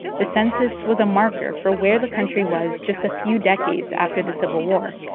the census was a marker for where the country was just a few decades after the civil war.